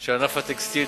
של ענף הטקסטיל,